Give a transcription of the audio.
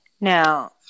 Now